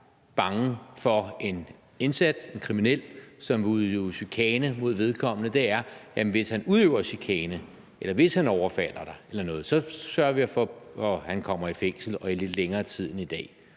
bange for en indsat, en kriminel, som udøver chikane mod vedkommende, er, at jamen hvis han udøver chikane, eller hvis han overfalder dig eller noget, sørger vi for, at han kommer i fængsel og i lidt længere tid end i dag.